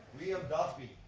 liam duffy.